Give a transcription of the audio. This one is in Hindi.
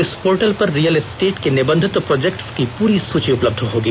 इस पोर्टल पर रियल एस्टेट के निबंधित प्रोजेक्ट्स की पूरी सूची उपलब्ध होगी